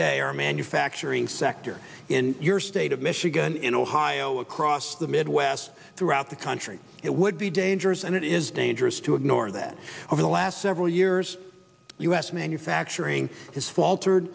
day our manufacturing sector in your state of michigan in ohio across the midwest throughout the country it would be dangerous and it is dangerous to ignore that over the last several years u s manufacturing has falter